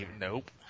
Nope